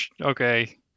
okay